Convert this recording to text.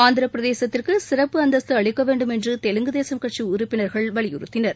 ஆந்திர பிரதேசத்திற்கு சிறப்பு அந்தஸ்து அளிக்க வேண்டும் என்று தெலுங்குதேசம் கட்சி உறுப்பினர்கள் வலியுறுத்தினர்